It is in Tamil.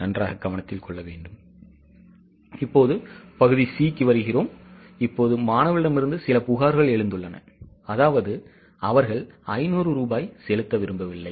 இப்போது C பகுதிக்கு வருகிறோம் இப்போது மாணவர்களிடமிருந்து சில புகார்கள் எழுந்துள்ளன அதாவது அவர்கள் 500 ரூபாய் செலுத்த விரும்பவில்லை